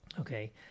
okay